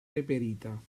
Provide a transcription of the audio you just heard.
reperita